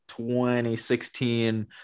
2016